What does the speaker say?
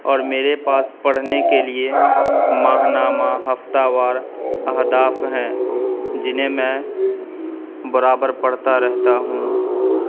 اور میرے پاس پڑھنے کے لیے ماہنامہ ہفتہ وار اہداف ہیں جنہیں میں برابر پڑھتا رہتا ہوں